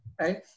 right